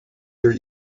your